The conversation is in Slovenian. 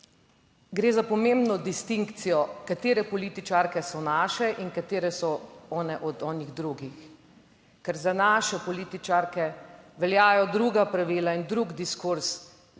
gre za pomembno distinkcijo, katere političarke so naše in katere so one od onih drugih, ker za naše političarke veljajo druga pravila in drug diskurz kot